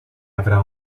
avrà